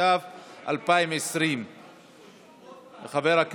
התש"ף 2020. יציג את ההצעה חבר הכנסת